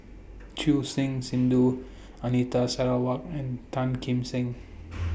Choor Singh Sidhu Anita Sarawak and Tan Kim Seng